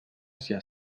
sia